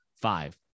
five